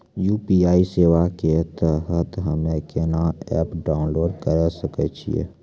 UPI सेवा के तहत हम्मे केना एप्प डाउनलोड करे सकय छियै?